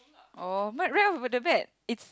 oh right off the bat it's